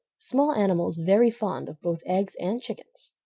small animals very fond of both eggs and chickens.